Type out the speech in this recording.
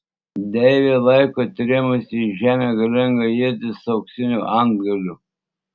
deivė laiko atrėmusi į žemę galingą ietį su auksiniu antgaliu